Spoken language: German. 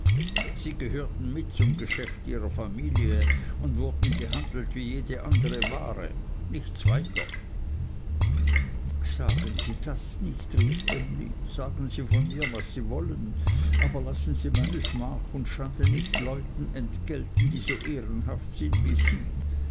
sie gehörten mit zum geschäft ihrer familie und wurden gehandelt wie jede andere ware nichts weiter sagen sie das nicht rief emly sagen sie von mir was sie wollen aber lassen sie meine schmach und schande nicht leuten entgelten die so ehrenhaft sind wie sie